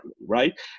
Right